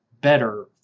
better